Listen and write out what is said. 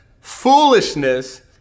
Foolishness